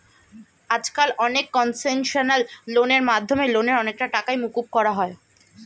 আজকাল অনেক কনসেশনাল লোনের মাধ্যমে লোনের অনেকটা টাকাই মকুব করা যায়